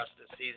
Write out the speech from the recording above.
justice